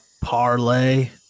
parlay